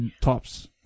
tops